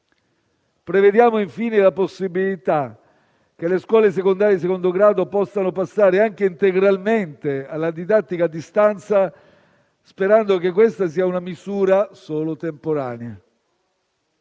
Prevediamo infine la possibilità che le scuole secondarie di secondo grado possano passare anche integralmente alla didattica a distanza, sperando che questa sia una misura solo temporanea.